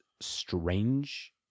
Strange